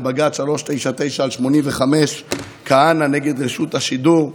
למשל בבג"ץ 399/85 כהנא נ' רשות השידור,